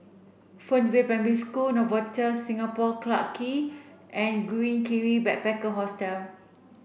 Fernvale Primary School Novotel Singapore Clarke Quay and Green Kiwi Backpacker Hostel